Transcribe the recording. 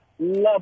Love